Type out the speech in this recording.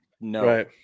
No